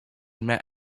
met